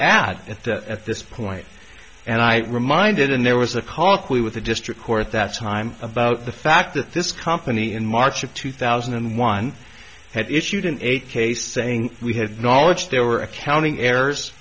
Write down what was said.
add at that at this point and i reminded him there was a cochlear with the district court at that time about the fact that this company in march of two thousand and one had issued an eight case saying we had knowledge there were accounting errors